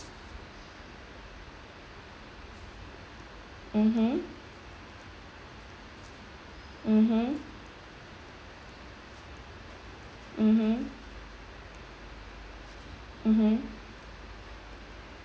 mmhmm mmhmm mmhmm mmhmm